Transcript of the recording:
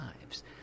lives